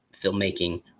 filmmaking